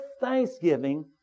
thanksgiving